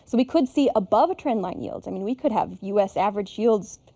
so we could see above trendline yields. i mean, we could have u s. average yields,